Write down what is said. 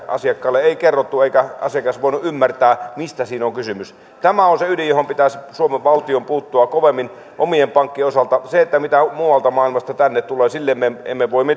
asiakkaalle ei kerrottu eikä asiakas voinut ymmärtää mistä paketoidussa sijoitustuotteessa on kysymys tämä on se ydin johon pitäisi suomen valtion puuttua kovemmin omien pankkien osalta sille mitä muualta maailmasta tänne tulee me emme voi mitään